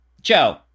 Joe